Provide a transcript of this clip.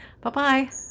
bye-bye